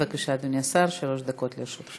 בבקשה, אדוני השר, שלוש דקות לרשותך.